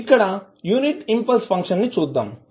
కాబట్టి ఇక్కడ unit impulse function ని చూద్దాం